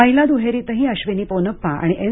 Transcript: महिला दुहेरीतही अब्बिनी पोनप्पा आणि एन